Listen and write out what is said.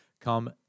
come